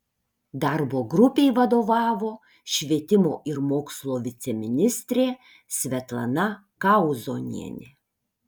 darbo grupei vadovavo švietimo ir mokslo viceministrė svetlana kauzonienė